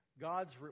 God's